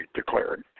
declared